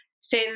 say